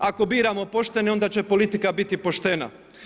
Ako biramo poštene onda će politika biti poštena.